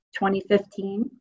2015